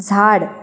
झाड